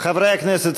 חברי הכנסת,